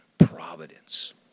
providence